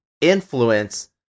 influence